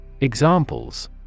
Examples